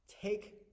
Take